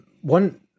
One